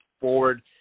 forward